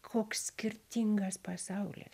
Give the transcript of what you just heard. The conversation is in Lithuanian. koks skirtingas pasaulis